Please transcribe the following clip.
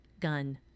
gun